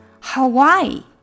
Hawaii